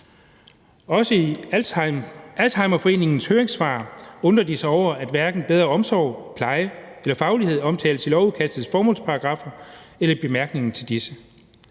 Også i Alzheimerforeningens høringssvar undrer de sig over, at hverken bedre omsorg, pleje eller faglighed omtales i lovudkastets formålsparagraffer eller i bemærkningerne til disse.